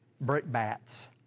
brickbats